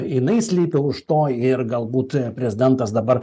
jinai slypi už to ir galbūt prezidentas dabar